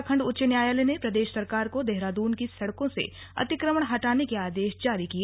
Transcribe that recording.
उत्तराखण्ड उच्च न्ययायालय ने प्रदे ा सरकार को देहरादून की सड़कों से अतिक्रमण हटाने के आदे जारी किए